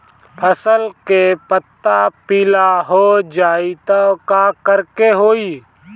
फसल के पत्ता पीला हो जाई त का करेके होई?